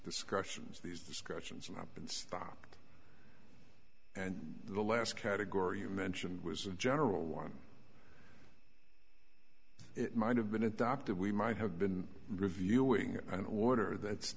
discussions these discussions and i've been stopped and the last category you mentioned was a general one it might have been adopted we might have been reviewing an order that's